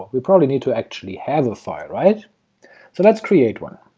we probably need to actually have a file, right? so let's create one.